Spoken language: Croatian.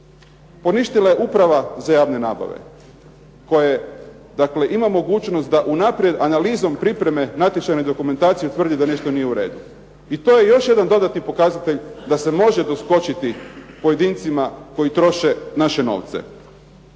Poništila je Uprava za javne nabave, koja dakle ima mogućnost da unaprijed analizom natječajne dokumentacije utvrdi da nešto nije u redu, i to je još jedan pokazatelj da se može doskočiti pojedincima koji troše naše novce.